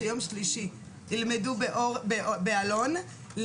שיום שלישי ילמדו באלון,